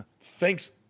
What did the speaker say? Thanks